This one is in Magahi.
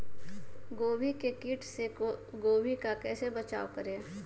गोभी के किट से गोभी का कैसे बचाव करें?